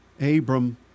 Abram